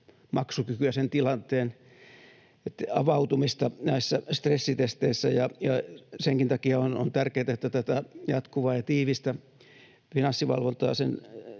maksukykyä, sen tilanteen avautumista näissä stressitesteissä, ja senkin takia on tärkeätä, että tätä jatkuvaa ja tiivistä finanssivalvontaa,